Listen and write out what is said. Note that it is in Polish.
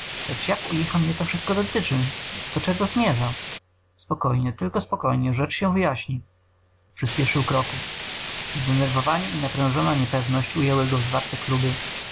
jak u licha mnie to wszystko dotyczy do czego zmierza spokojnie tylko spokojnie rzecz się wyjaśni przyspieszył kroku zdenerwowanie i naprężona niepewność ujęły go w zwarte kluby